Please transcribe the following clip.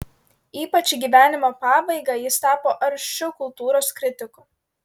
ypač į gyvenimo pabaigą jis tapo aršiu kultūros kritiku